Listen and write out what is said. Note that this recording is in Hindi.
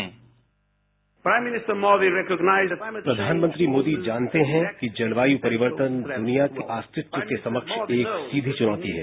साउंड बाईट प्रधानमंत्री मोदी जानते हैं कि जलवायु परिवर्तन दुनिया के अस्तित्व के समक्ष एक सीधी चुनौती है